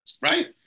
Right